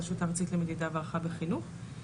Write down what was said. הרשות הארצית למדידה והערכה בחינוך,